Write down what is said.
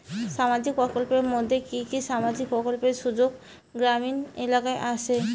সামাজিক প্রকল্পের মধ্যে কি কি সামাজিক প্রকল্পের সুযোগ গ্রামীণ এলাকায় আসে?